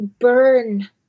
burn